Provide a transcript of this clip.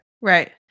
Right